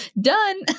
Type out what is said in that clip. done